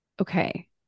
okay